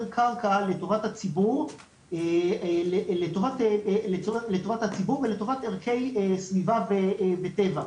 קרקע לטובת הציבור ולטובת ערכי סביבה וטבע.